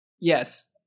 Yes